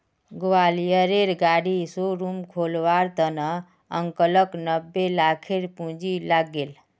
ग्वालियरेर गाड़ी शोरूम खोलवार त न अंकलक नब्बे लाखेर पूंजी लाग ले